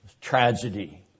tragedy